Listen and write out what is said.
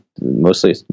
mostly